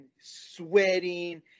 sweating